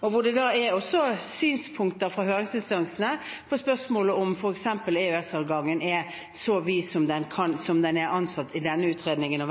og hvor det da også er synspunkter fra høringsinstansene, f.eks. på spørsmålet om EØS-adgangen er så vid som den er ansett å være i denne utredningen.